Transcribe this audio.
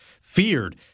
feared